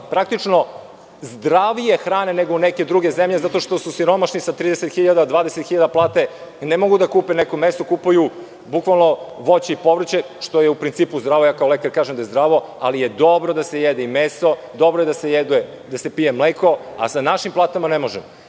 praktično zdravije hrane nego neke druge zemlje, zato što su siromašni, sa 30.000, 20.000 plate, ne mogu da kupe neko meso, kupuju bukvalno voće i povrće, što je u principu zdravo, ja kao lekar kažem da je zdravo, ali je dobro da se jede i meso, dobro je da se pije mleko, a sa našim platama ne možemo.